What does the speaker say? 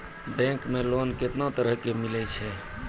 Bank मे loan कैतना तरह के मिलै छै?